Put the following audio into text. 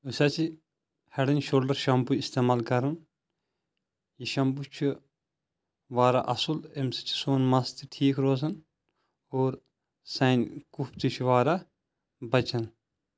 یُس اسہِ یہ ہیڈ اینڈ شولڈر شیٚمپو استعمال کران یہِ شمپو چھُ واریاہ اصل أمۍ سۭتۍ چھُ سون مس تہِ ٹھیٖک روزان اور سانہ کف تہِ چھُ واریاہ بچان